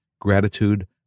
gratitude